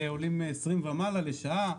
שעולים 20 ומעלה לשעה,